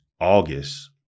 August